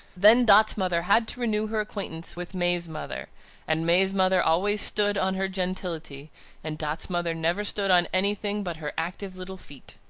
then dot's mother had to renew her acquaintance with may's mother and may's mother always stood on her gentility and dot's mother never stood on anything but her active little feet.